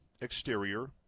exterior